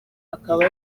akaba